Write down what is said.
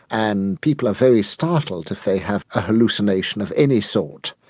and people are very startled if they have a hallucination of any sort.